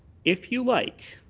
if you like,